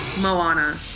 Moana